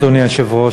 אדוני היושב-ראש,